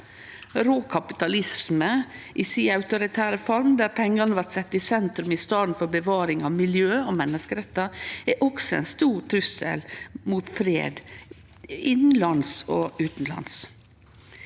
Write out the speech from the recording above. Rå kapitalisme i si autoritære form, der pengane blir sette i sentrum i staden for bevaring av miljø og menneskerettar, er også ein stor trussel mot fred, innanlands og utanlands.